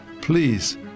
Please